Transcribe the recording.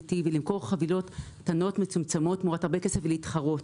ולמכור חבילות קטנות ומצומצמות תמורת הרבה כסף ולהתחרות.